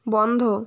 বন্ধ